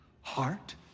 heart